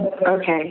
Okay